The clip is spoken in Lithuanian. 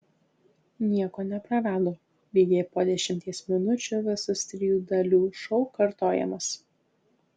nieko neprarado lygiai po dešimties minučių visas trijų dalių šou kartojamas